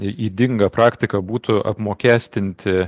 ydinga praktika būtų apmokestinti